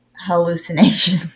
Hallucination